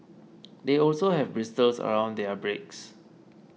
they also have bristles around their beaks